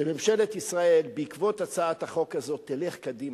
שממשלת ישראל, בעקבות הצעת החוק הזאת, תלך קדימה.